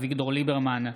אביגדור ליברמן,